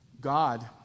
God